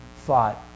thought